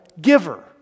giver